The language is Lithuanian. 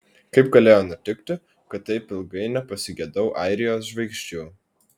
kaip galėjo nutikti kad taip ilgai nepasigedau airijos žvaigždžių